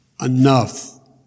enough